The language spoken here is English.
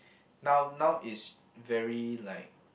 now now it's very like